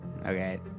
Okay